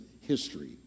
history